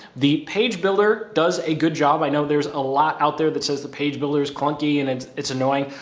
the page builder does a good job. i know there's a lot out there that says the page builder is clunky and and it's annoying.